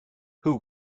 who